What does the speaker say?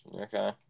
Okay